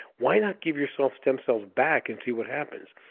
why not give yourself stem cells back and see what happens?